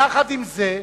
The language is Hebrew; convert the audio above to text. יחד עם זה,